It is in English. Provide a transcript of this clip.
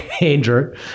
Andrew